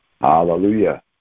Hallelujah